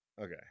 Okay